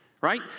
right